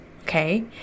okay